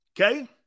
Okay